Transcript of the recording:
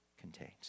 contains